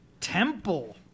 Temple